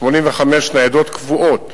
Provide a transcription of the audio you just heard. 85 ניידות קבועות,